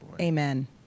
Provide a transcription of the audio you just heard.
Amen